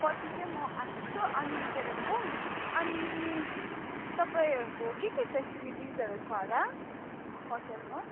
पर्सि चाहिँ म आइपुग्छु अनि कालिम्पोङ अनि तपाईँहरूको के के फ्यासिलिटिसहरू छ होला होटलमा